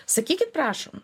sakykit prašom